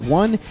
one